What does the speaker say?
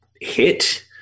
hit